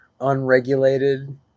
unregulated